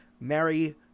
Marry